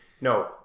no